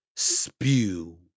spew